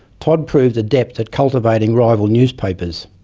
todd proved adept at cultivating rival newspapers,